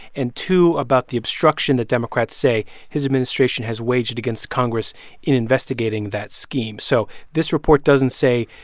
and two, about the obstruction that democrats say his administration has waged against congress in investigating that scheme. so this report doesn't say,